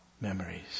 memories